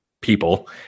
people